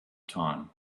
time